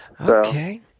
Okay